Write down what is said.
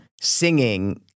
singing